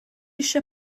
eisiau